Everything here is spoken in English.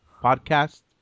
Podcast